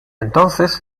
entonces